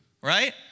Right